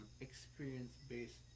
experience-based